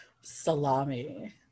salami